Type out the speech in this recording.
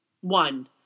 One